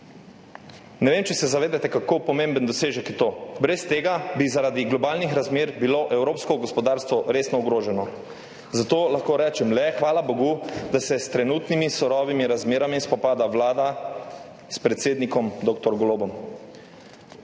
Ne vem, ali se zavedate, kako pomemben dosežek je to. Brez tega bi zaradi globalnih razmer bilo evropsko gospodarstvo resno ogroženo. Zato lahko rečem le hvala bogu, da se s trenutnimi surovimi razmerami spopada vlada s predsednikom dr. Golobom.